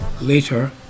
later